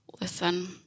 Listen